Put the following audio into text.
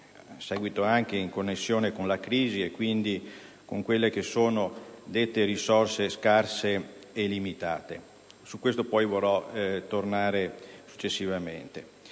seguito e in connessione con la crisi e con quelle che sono dette risorse scarse e limitate. Su questo argomento tornerò successivamente.